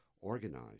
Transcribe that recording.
organized